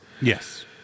Yes